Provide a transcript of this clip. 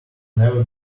never